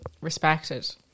respected